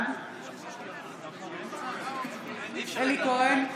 בעד אלי כהן,